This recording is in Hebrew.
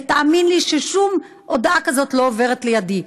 ותאמין לי ששום הודעה כזאת לא עוברת לידי.